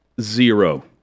Zero